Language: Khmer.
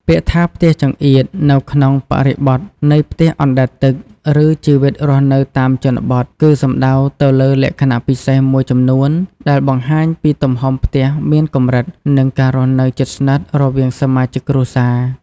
ពាក្យថា "ផ្ទះចង្អៀត" នៅក្នុងបរិបទនៃផ្ទះអណ្ដែតទឹក ឬជីវិតរស់នៅតាមជនបទ គឺសំដៅទៅលើលក្ខណៈពិសេសមួយចំនួនដែលបង្ហាញពីទំហំផ្ទះមានកម្រិត និងការរស់នៅជិតស្និទ្ធរវាងសមាជិកគ្រួសារ។